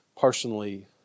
personally